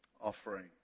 offering